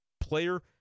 player